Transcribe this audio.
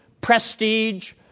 prestige